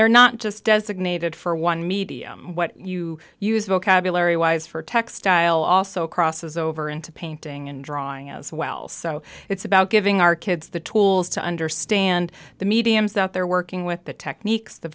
they're not just designated for one medium what you use vocabulary wise for textile also crosses over into painting and drawing as well so it's about giving our kids the tools to understand the mediums that they're working with the techniques the